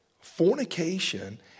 fornication